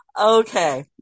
Okay